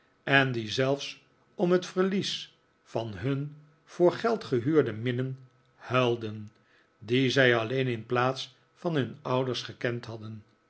en die zelfs om het verlies van hun voor geld gehuurde minnen huilden die zij alleen in plaats van hun ouders hadden